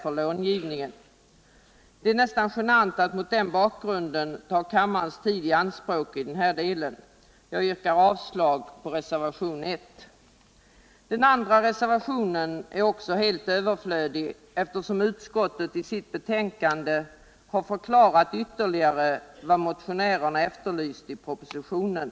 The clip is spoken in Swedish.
Det är mot den bakgrunden nästan genant att ta kammarens tid i anspråk i den här delen. Också den andra reservationen är helt överflödig eftersom utskottet i sitt betänkande ytterligare har förklarat vad motionärerna efterlyst i propositionen.